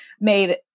made